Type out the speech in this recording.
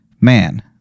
man